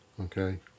okay